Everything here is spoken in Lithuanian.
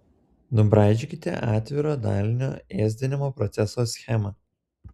nubraižykite atviro dalinio ėsdinimo proceso schemą